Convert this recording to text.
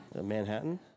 Manhattan